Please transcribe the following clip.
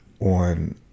on